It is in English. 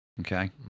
Okay